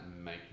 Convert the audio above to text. make